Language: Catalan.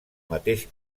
mateix